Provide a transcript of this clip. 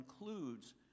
includes